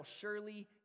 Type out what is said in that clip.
surely